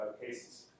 cases